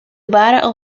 battle